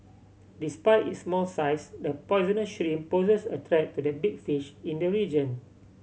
despite its small size the poisonous shrimp poses a threat to the big fish in the region